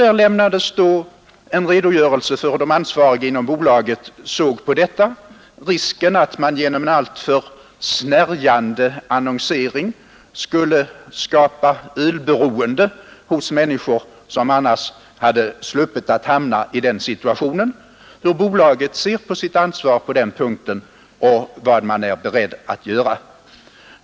Där lämnades en redogörelse för hur de ansvariga inom bolaget såg på risken att genom en alltför snärjande annonsering skapa ölberoende hos människor, som annars hade sluppit att hamna i denna situation, och vad man inom bolaget var beredd att göra på den punkten.